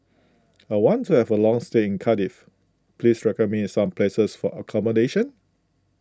I want to have a long stay in Cardiff please recommend me some places for accommodation